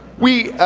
we